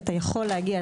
אתה יכול להגיע,